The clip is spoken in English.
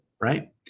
Right